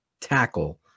tackle